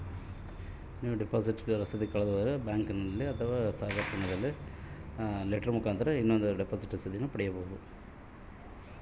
ನಾನು ಡಿಪಾಸಿಟ್ ರಸೇದಿ ಕಳೆದುಹೋದರೆ ಏನು ಮಾಡಬೇಕ್ರಿ?